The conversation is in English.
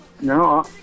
No